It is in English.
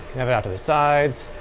have it off to the sides.